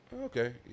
Okay